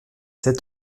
sept